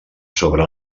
sobre